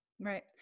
right